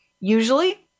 usually